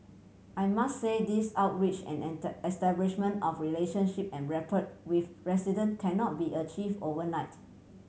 I must say these outreach and establishment of relationship and rapport with resident cannot be achieve overnight